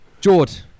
George